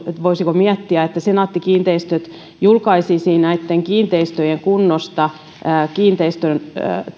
voisiko miettiä että senaatti kiinteistöt julkaisisi näitten kiinteistöjen kunnosta kiinteistöjen